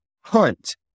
hunt